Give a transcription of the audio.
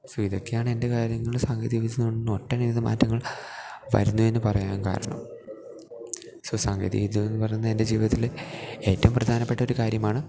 so ഇതെക്കെയാണ് എന്റെ കാര്യങ്ങള്ടെ സാങ്കേതികവിദ്യ കൊണ്ട് ഒട്ടനവധി മാറ്റങ്ങള് വരുന്നുവെന്ന് പറയാന് കാരണം സൊ സാങ്കേതികവിദ്യ എന്ന് പറയ്ന്നത് എന്റെ ജീവിതത്തിലെ ഏറ്റവും പ്രധാനപ്പെട്ടൊരു കാര്യമാണ്